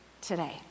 today